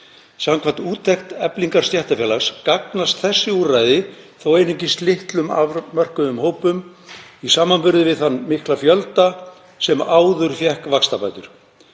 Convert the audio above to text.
Samkvæmt úttekt Eflingar stéttarfélags gagnast þessi úrræði þó einungis litlum, afmörkuðum hópum í samanburði við þann mikla fjölda sem áður fékk vaxtabætur.